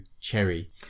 cherry